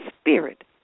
spirit